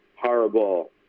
horrible